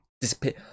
disappear